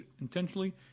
intentionally